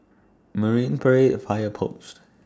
Marine Parade Fire Post